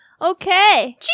okay